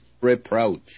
reproach